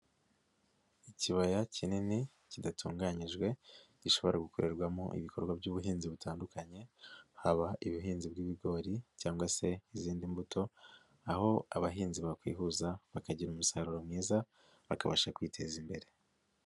Ikibaya kinini kidatunganyijwe, gishobora gukorerwamo ibikorwa by'ubuhinzi butandukanye, haba ubuhinzi bw'ibigori cyangwa se izindi mbuto, aho abahinzi bakwihuza bakagira umusaruro mwiza, bakabasha kwiteza imbere.